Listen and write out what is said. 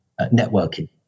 networking